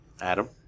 Adam